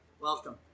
welcome